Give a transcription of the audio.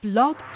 Blog